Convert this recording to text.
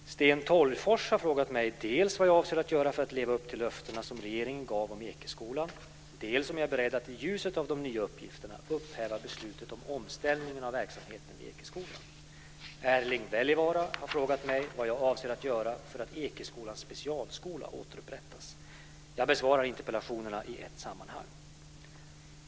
Herr talman! Sten Tolgfors har frågat mig dels vad jag avser att göra för att leva upp till löftena som regeringen gav om Ekeskolan, dels om jag är beredd att i ljuset av de nya uppgifterna upphäva beslutet om omställningen av verksamheten vid Ekeskolan. Erling Wälivaara har frågat mig vad jag avser göra för att Ekeskolans specialskola återupprättas. Jag besvarar interpellationerna i ett sammanhang.